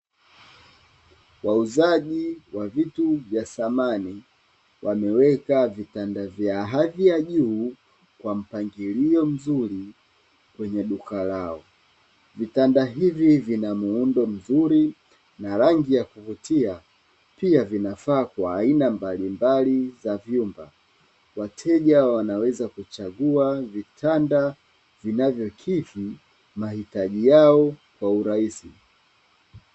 Wauzaji wa vitu vya thamani wameweka vitanda vya hadhi ya juu kwa mpangilio mzuri kwenye duka lao. Vitanda hivi vina muundo mzuri na rangi ya kuvutia. Pia vinafaa kwa aina mbalimbali za vyumba. Wateja wanaweza kuchagua vitanda vinavyofiti mahitaji yao kwa urahisi.